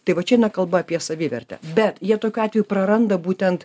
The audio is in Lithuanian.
tai va čia eina kalba apie savivertę bet jie tokiu atveju praranda būtent